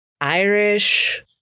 Irish